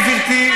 גברתי,